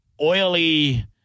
oily